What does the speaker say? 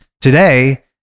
today